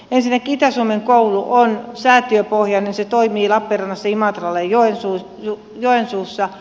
ensinnäkin itä suomen koulu on säätiöpohjainen se toimii lappeenrannassa imatralla ja joensuussa